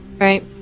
right